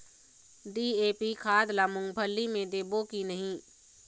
DAP खाद ला मुंगफली मे देबो की नहीं?